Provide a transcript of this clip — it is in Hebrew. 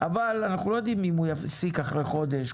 אבל אנחנו לא יודעים אם הוא יפסיק אחרי חודש,